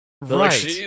Right